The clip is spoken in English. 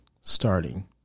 starting